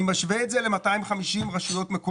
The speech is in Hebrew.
כשאני מדבר על סוגיית הפירוק ומשווה את זה ל-250 רשויות מקומיות,